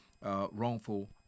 wrongful